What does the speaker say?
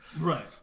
Right